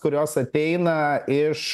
kurios ateina iš